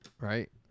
right